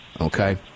okay